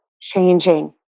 changing